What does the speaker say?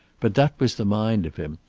but that was the mind of him,